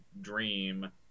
dream